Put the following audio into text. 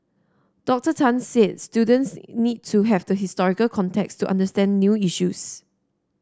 Doctor Tan said students need to have the historical context to understand new issues